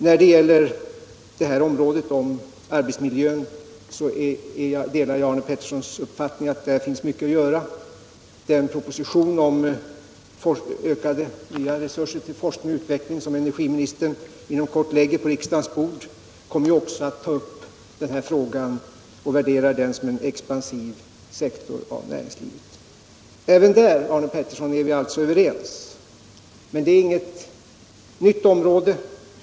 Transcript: När det gäller arbetsmiljöns område delar jag Arne Petterssons uppfattning att där finns mycket att göra. Den proposition om ökade och nya Finansdebatt Finansdebatt resurser till forskning och utveckling som energiministern inom kort lägger på riksdagens bord kommer ju också att ta upp detta och värdera det som en expansiv sektor av näringslivet. Även där, Arne Pettersson, är vi alltså överens. Men det är inget nytt område.